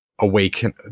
awaken